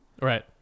Right